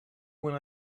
when